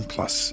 Plus